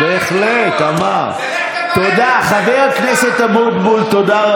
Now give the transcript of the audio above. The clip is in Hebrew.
כבוד הנשיא, נהדר, אבל אתה זה שמצטט את הרב השל.